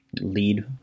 lead